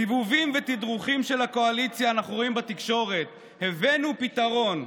סיבובים ותדרוכים של הקואליציה אנחנו רואים בתקשורת: הבאנו פתרון.